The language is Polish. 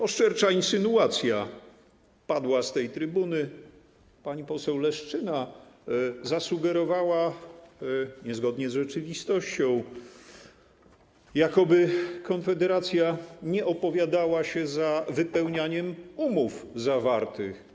Oszczercza insynuacja padła z tej trybuny, pani poseł Leszczyna zasugerowała, niezgodnie z rzeczywistością, jakoby Konfederacja nie opowiadała się za wypełnianiem zawartych umów.